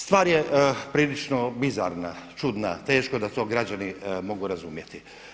Stvar je prilično bizarna, čudna, teško da to građani mogu razumjeti.